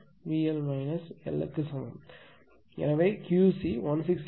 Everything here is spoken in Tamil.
எனவே கியூசி 168